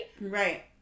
Right